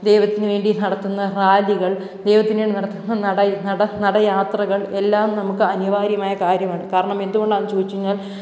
ദൈവത്തിന് വേണ്ടി നടത്തുന്ന റാലികള് ദൈവത്തിന് വേണ്ടി നടത്തുന്ന നടയാത്രകള് എല്ലാം നമുക്ക് അനിവാര്യമായ കാര്യമാണ് കാരണം എന്തുകൊണ്ടാന്നു ചോദിച്ചു കഴിഞ്ഞാല്